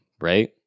right